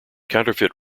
counterfeit